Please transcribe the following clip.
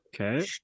Okay